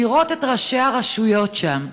לראות את ראשי הרשויות שם,